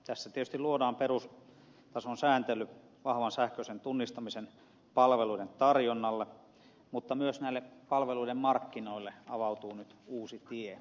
tässä tietysti luodaan perustason sääntely vahvan sähköisen tunnistamisen palveluiden tarjonnalle mutta myös näille palveluiden markkinoille avautuu nyt uusi tie